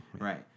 Right